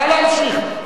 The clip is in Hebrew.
נא להמשיך.